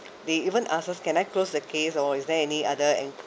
they even ask us can I close the case or is there any other